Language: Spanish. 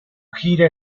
gira